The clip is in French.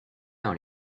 dans